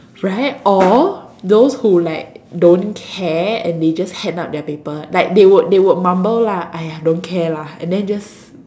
right or those who like don't care and they just hand up their paper like they would they would mumble lah !aiya! don't care lah and then just